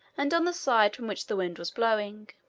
and on the side from which the wind was blowing.